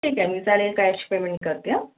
ठीक आहे मी चालेल कॅश पेमेंट करते हं